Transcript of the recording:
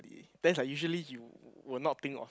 then it's like usually you will not think of